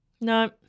No